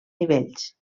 nivells